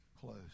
close